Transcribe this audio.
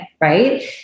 right